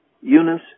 Eunice